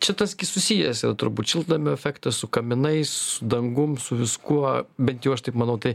čia tas susijęs turbūt šiltnamio efektas su kaminais dangum su viskuo bent jau aš taip manau tai